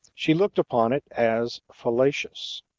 she looked upon it as fallacious.